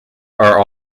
are